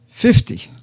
Fifty